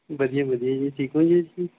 ਵਧੀਆ ਵਧੀਆ ਜੀ ਠੀਕ ਹੋ ਜੀ ਤੁਸੀਂ